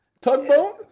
Tugboat